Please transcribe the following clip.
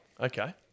Okay